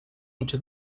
into